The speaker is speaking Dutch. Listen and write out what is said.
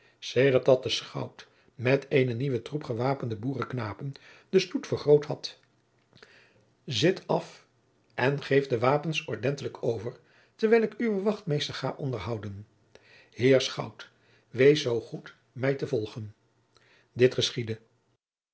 sedert dat de schout met eene nieuwe troep gewapende boerenknapen den stoet vergroot had zit af en geeft de wapens ordentlijk over terwijl ik uwen wachtmeester ga onderhouden heer schout wees zoo goed mij te volgen dit geschiedde